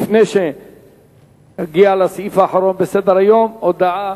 לפני שאגיע לסעיף האחרון בסדר-היום, הודעה